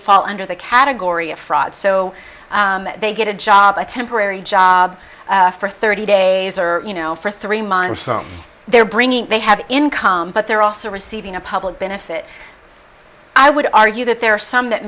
fall under the category of fraud so they get a job a temporary job for thirty days or you know for three months so they're bringing they have income but they're also receiving a public benefit i would argue that there are some that